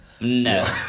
No